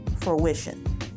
fruition